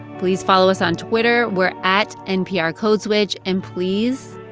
please follow us on twitter. we're at nprcodeswitch. and please,